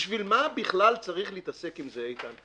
בשביל מה בכלל צריך להתעסק עם זה, איתן?